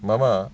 मम